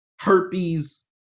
herpes